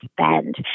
spend